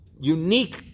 unique